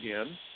again